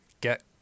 get